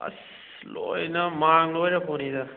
ꯑꯁ ꯂꯣꯏꯅ ꯃꯥꯡ ꯂꯣꯏꯔ ꯄꯣꯠꯅꯤꯗ